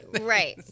Right